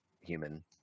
human